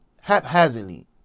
haphazardly